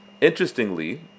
Interestingly